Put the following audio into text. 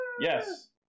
Yes